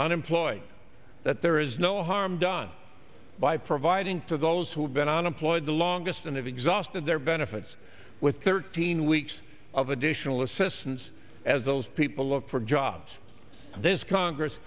unemployed that there is no harm done by providing to those who have been unemployed the longest and have exhausted their benefits with thirteen weeks of additional assistance as those people look for jobs this congress